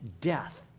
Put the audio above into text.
death